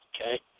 Okay